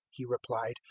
he replied,